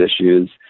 issues